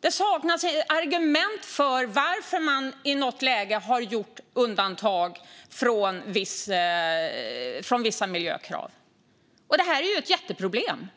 Det saknas argument för varför man i något läge har gjort undantag från vissa miljökrav. Det här är ett jätteproblem.